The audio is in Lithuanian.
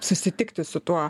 susitikti su tuo